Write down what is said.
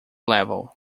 level